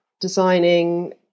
designing